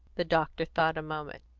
the doctor thought a moment.